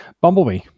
Bumblebee